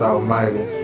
Almighty